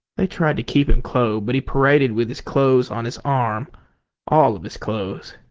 they tried to keep him clothed, but he paraded with his clothes on his arm all of his clothes.